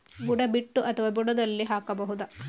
ಬುಡ ಬಿಟ್ಟು ಅಥವಾ ಬುಡದಲ್ಲಿ ಹಾಕಬಹುದಾ?